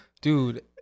Dude